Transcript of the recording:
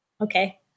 Okay